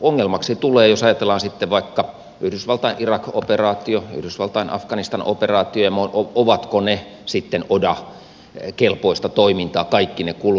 ongelmaksi tulee jos ajatellaan sitten vaikka yhdysvaltain irak operaatiota yhdysvaltain afganistan operaatiota ovatko ne sitten oda kelpoista toimintaa kaikkine kuluineen